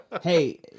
hey